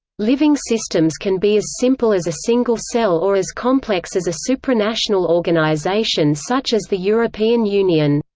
living systems can be as simple as a single cell or as complex as a supranational organization such as the european union.